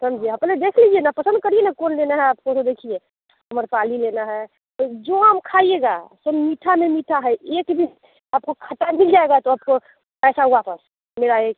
समझिए अपने देख लीजिए ना पसंद करिए ना कौन लेना है आपको तो देखिए आम्रपाली लेना है तो जो आम खाइएगा सब मीठा में मीठा है एक भी आपको खट्टा मिल जाएगा तो आपको पैसा वापस मेरा एक